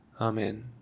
Amen